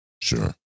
sure